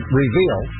reveal